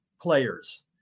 players